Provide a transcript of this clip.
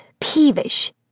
peevish